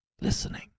listening